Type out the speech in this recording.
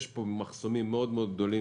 יש פה מחסומים מאוד גדולים